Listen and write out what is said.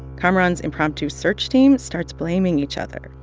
kamaran's impromptu search team starts blaming each other.